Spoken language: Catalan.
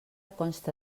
consta